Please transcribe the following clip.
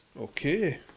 Okay